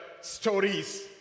stories